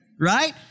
right